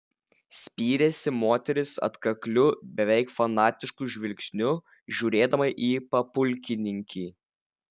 spyrėsi moteris atkakliu beveik fanatišku žvilgsniu žiūrėdama į papulkininkį